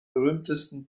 berühmtesten